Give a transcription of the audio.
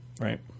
right